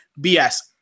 BS